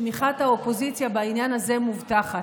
שתמיכת האופוזיציה בעניין הזה מובטחת.